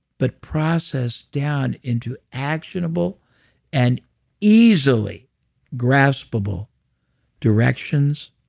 but process down into actionable and easily graspable directions,